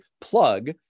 plug